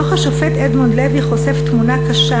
דוח השופט אדמונד לוי חושף תמונה קשה